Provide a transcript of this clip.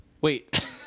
Wait